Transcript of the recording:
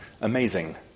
amazing